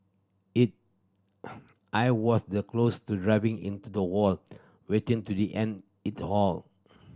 it I was the close to driving into the wall wanting to the end it all